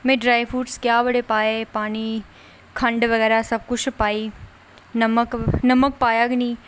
में dry fruits क्या पाए पानी खंड सब किश पाया नमक पाया गै नेईं